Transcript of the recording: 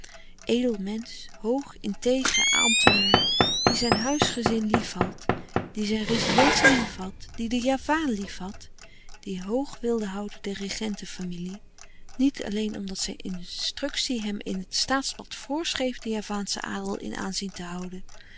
edel mensch hoog intègre ambtenaar die zijn huisgezin liefhad die zijn rezidentie liefhad die den javaan liefhad die hoog wilde houden de regentenfamilie niet alleen omdat zijn instructie hem in het staatsblad voorschreef den javaanschen adel in aanzien te houden